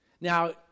Now